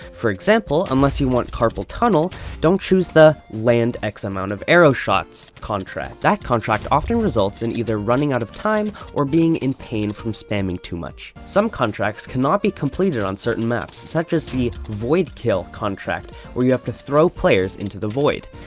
for example, unless you want carpel tunnel, don't choose the land x amount of arrow shots. that contract often results in either running out of time, or being in pain from spamming so much. some contracts cannot be completed on certain maps, such as the void kill contract, where you have to throw players into the void.